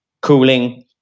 cooling